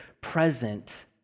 present